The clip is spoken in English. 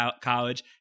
College